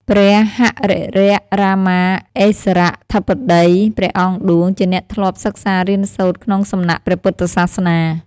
ព្រះហរិរក្សរាមាឥស្សរាធិបតីព្រះអង្គឌួងជាអ្នកធ្លាប់សិក្សារៀនសូត្រក្នុងសំណាក់ព្រះពុទ្ធសាសនា។